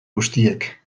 guztiek